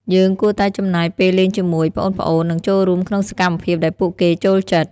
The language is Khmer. យើងគួរតែចំណាយពេលលេងជាមួយប្អូនៗ និងចូលរួមក្នុងសកម្មភាពដែលពួកគេចូលចិត្ត។